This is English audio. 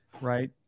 Right